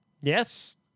Yes